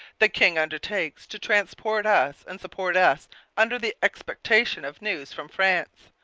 the king undertakes to transport us and support us under the expectation of news from france.